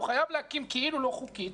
הוא חייב להקים כאילו לא חוקית.